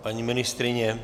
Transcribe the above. Paní ministryně?